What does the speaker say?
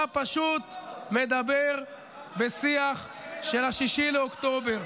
אתה פשוט מדבר בשיח של 6 באוקטובר,